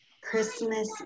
Christmas